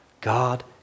God